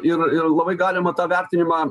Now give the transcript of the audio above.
ir ir labai galima tą vertinimą